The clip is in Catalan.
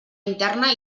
interna